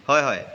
হয় হয়